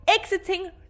Exiting